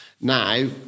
now